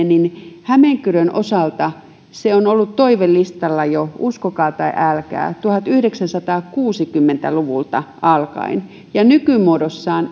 niin hämeenkyrön osalta se on ollut toivelistalla jo uskokaa tai älkää tuhatyhdeksänsataakuusikymmentä luvulta alkaen ja nykymuodossaan